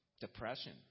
depression